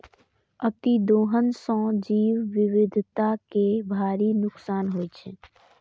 अतिदोहन सं जैव विविधता कें भारी नुकसान होइ छै